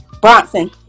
Bronson